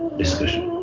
discussion